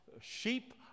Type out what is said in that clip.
sheep